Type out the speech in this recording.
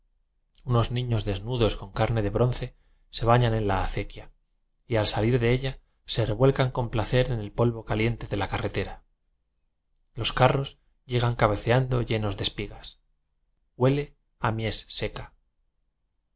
unos niños desnudos con carne de bronce se bañan en la acequia y al salir de ella se revuelcan con placer en el polvo caliente de la carretera los carros llegan cabeceando llenos de espigas huele a mies seca